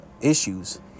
issues